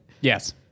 Yes